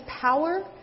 power